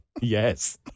Yes